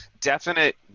definite